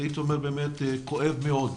שהייתי אומר שבאמת כואב מאוד,